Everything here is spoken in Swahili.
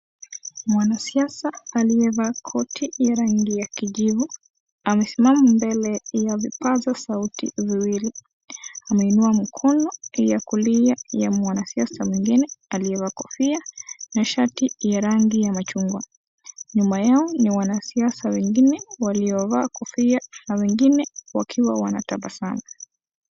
Mwanasiasa aliyevaa koti ya rangi ya kijivu amesimama mbele ya vipaza sauti viwili. Ameinua mkono ya kulia ya mwanasiasa mwingine aliyevaa kofia na shati ya rangi ya machungwa. Nyuma Yao ni wanasiasa wengine waliovaa kofia na wengine wakiwa wanatabasamu.